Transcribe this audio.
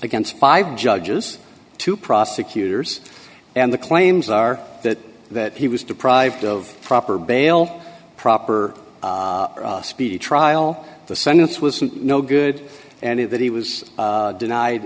against five judges two prosecutors and the claims are that that he was deprived of proper bail proper speedy trial the sentence was no good and that he was denied